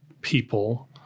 people